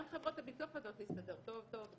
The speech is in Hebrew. גם חברות הביטוח יודעות להסתדר טוב-טוב,